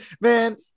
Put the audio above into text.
Man